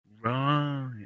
Right